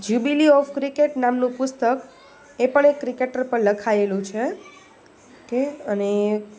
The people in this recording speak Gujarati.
જ્યુબિલી ઓફ ક્રિકેટ નામનું પુસ્તક એ પણ એક ક્રિકેટર પર લખાયેલું છે કે અને